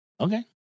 Okay